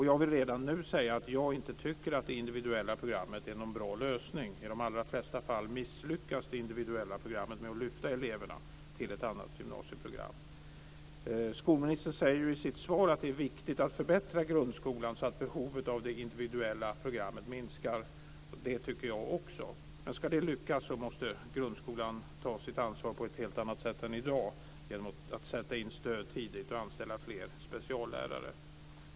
Jag vill redan nu säga att jag inte tycker att det individuella programmet är någon bra lösning. I de allra flesta fall misslyckas det individuella programmet med att lyfta över eleverna till ett annat gymnasieprogram. Skolministern säger i sitt svar att det är viktigt att förbättra grundskolan så att behovet av det individuella programmet minskar, och det tycker jag också. Men ska det lyckas måste grundskolan ta sitt ansvar på ett helt annat sätt än i dag, genom att sätta in stöd tidigt och anställa fler speciallärare.